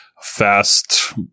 fast